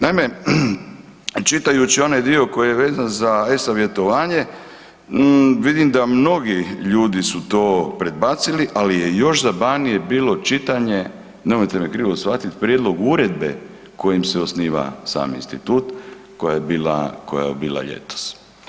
Naime, čitajući onaj dio koji je vezan za e-savjetovanje vidim da mnogi ljudi su to predbacili, ali je još zabavnije bilo čitanje, nemojte me krivo shvatit, prijedlog uredbe kojim se osniva sam institut koja je bila, koja je bila ljetos.